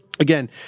Again